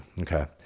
okay